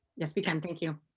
yes. we can. thank you.